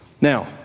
Now